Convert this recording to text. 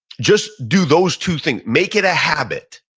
just do those two things. make it a habit.